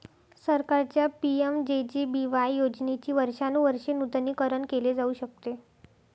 सरकारच्या पि.एम.जे.जे.बी.वाय योजनेचे वर्षानुवर्षे नूतनीकरण केले जाऊ शकते